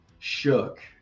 shook